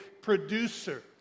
producer